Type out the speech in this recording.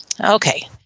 okay